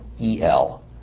E-L